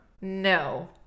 No